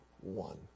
one